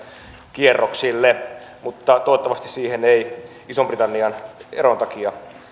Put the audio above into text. kierroksille mutta toivottavasti siihen ei ison britannian eron takia